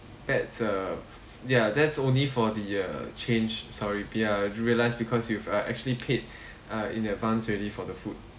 that uh ya that's only for the uh change sorry we uh realise because you've uh actually paid uh in advance already for the food